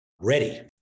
ready